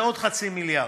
זה עוד חצי מיליארד.